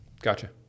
gotcha